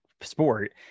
sport